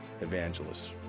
evangelists